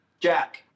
Jack